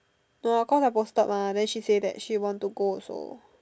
no lah cause I posted mah then she say that she want to go also